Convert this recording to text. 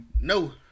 No